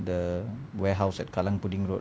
the warehouse at kallang pudding road